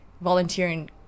volunteering